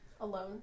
Alone